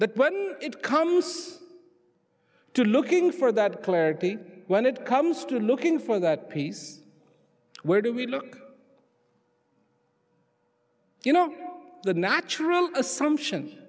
that when it comes to looking for that clarity when it comes to looking for that piece where do we look you know the natural assumption